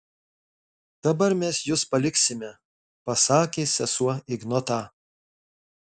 dabar mes jus paliksime pasakė sesuo ignotą